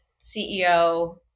CEO